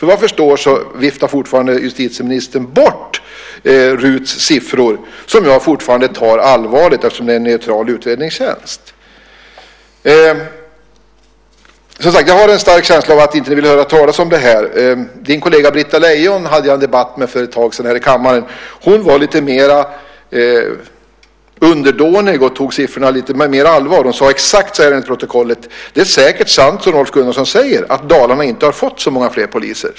Vad jag förstår viftar fortfarande justitieministern bort RUT:s siffror, som jag fortfarande tar allvarligt eftersom det är en neutral utredningstjänst. Jag har en stark känsla av att ni inte vill höra talas om det här. Jag hade en debatt här i kammaren för ett tag sedan med din kollega Britta Leijon. Hon var lite mer underdånig och tog siffrorna på mer allvar. Hon sade exakt så här enligt protokollet: Det är säkert sant som Rolf Gunnarsson säger att Dalarna inte har fått så många fler poliser.